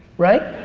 right?